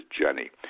Jenny